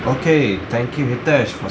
okay thank you hitesh for